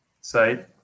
site